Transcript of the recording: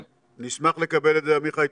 נשמח לקבל את זה, עמיחי.